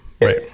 right